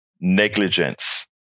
negligence